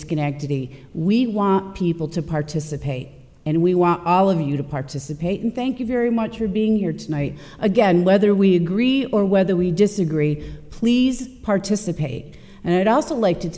schenectady we want people to participate and we want all of you to participate and thank you very much for being here tonight again whether we agree or whether we disagree please participate and i'd also like to